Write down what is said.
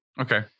Okay